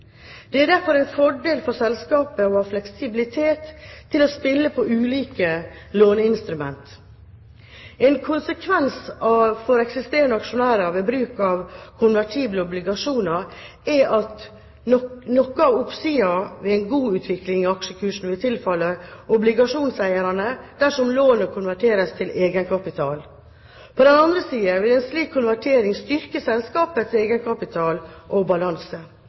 Det er derfor en fordel for selskapet å ha fleksibilitet til å spille på ulike låneinstrumenter. En konsekvens for eksisterende aksjonærer ved bruk av konvertible obligasjoner er at noe av oppsiden ved en god utvikling i aksjekursen vil tilfalle obligasjonseierne dersom lånet konverteres til egenkapital. På den andre siden vil en slik konvertering styrke selskapets egenkapital og balanse.